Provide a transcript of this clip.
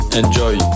Enjoy